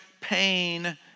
pain